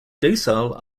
docile